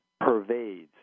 pervades